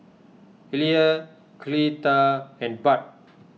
Illya Cleta and Bud